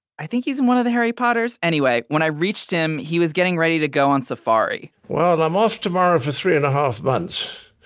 i think he's in one of the harry potters. anyway, when i reached him, he was getting ready to go on safari well, i'm off tomorrow for three and a half months.